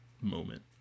moment